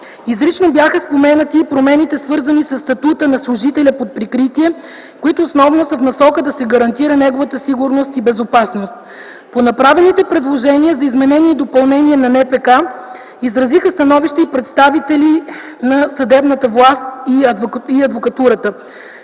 Изрично бяха споменати и промените, свързани със статута на служителя под прикритие, които основно са в насока да се гарантира неговата сигурност и безопасност. По направените предложения за изменения и допълнения на НПК изразиха становище и представители на съдебната власт и адвокатурата.